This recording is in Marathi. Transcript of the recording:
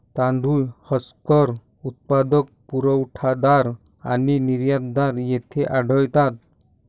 तांदूळ हस्कर उत्पादक, पुरवठादार आणि निर्यातदार येथे आढळतात